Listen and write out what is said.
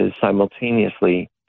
simultaneously